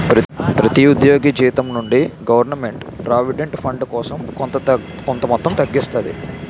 ప్రతి ఉద్యోగి జీతం నుండి గవర్నమెంట్ ప్రావిడెంట్ ఫండ్ కోసం కొంత మొత్తం తగ్గిస్తాది